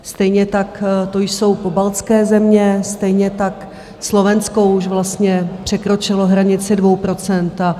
Stejně tak to jsou pobaltské země, stejně tak Slovensko už vlastně překročilo hranici 2 %.